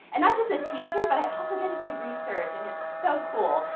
and not just a teacher but i also get to do research and it's so cool.